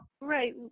right